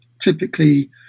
typically